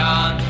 on